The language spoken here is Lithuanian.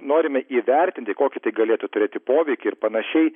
norime įvertinti kokį tai galėtų turėti poveikį ir panašiai